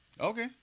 Okay